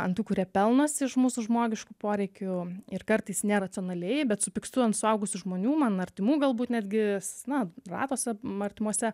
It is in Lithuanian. an tų kurie pelnosi iš mūsų žmogiškų poreikių ir kartais neracionaliai bet supykstu ant suaugusių žmonių man artimų galbūt netgi s na rato s artimose